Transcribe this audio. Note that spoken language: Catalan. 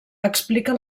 explica